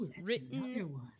written